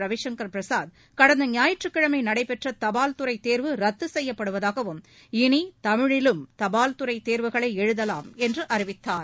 ரவிசங்கர் பிரசாத் கடந்த ஞாயிற்றுக்கிழமநடைபெற்றதபால் துறைதேர்வு ரத்துசெய்யப்படுவதாகவும் இனிதமிழிலும் தபால்துறைதேர்வுகளைஎழுதவாம் என்றும் அறிவித்தார்